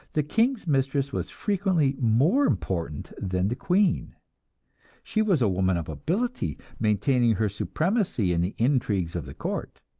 the king's mistress was frequently more important than the queen she was a woman of ability, maintaining her supremacy in the intrigues of the court.